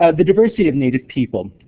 ah the diversity of native people